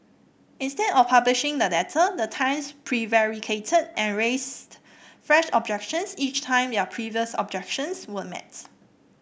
instead of publishing the letter the Times prevaricated and raised fresh objections each time their previous objections were met